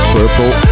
Purple